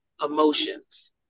emotions